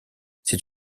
c’est